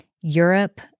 Europe